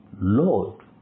Lord